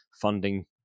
Funding